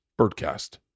birdcast